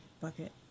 bucket